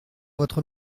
votre